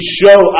show